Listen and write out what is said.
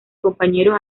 compañeros